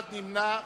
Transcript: אחד נמנע.